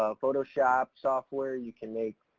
photoshop software you can make,